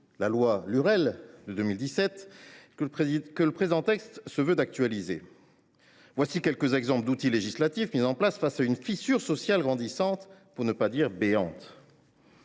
la loi Lurel de 2017 que les auteurs du présent texte entendent actualiser. Voilà quelques exemples d’outils législatifs mis en place face à une fissure sociale grandissante, pour ne pas dire béante.